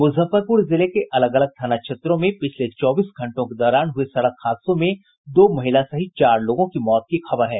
मुजफ्फरपुर जिले के अलग अलग थाना क्षेत्रों में पिछले चौबीस घंटो के दौरान हुए सड़क हादसों में दो महिला सहित चार लोगों की मौत की खबर है